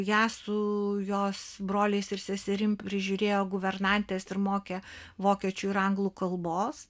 ją su jos broliais ir seserim prižiūrėjo guvernantės ir mokė vokiečių ir anglų kalbos